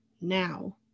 now